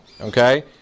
Okay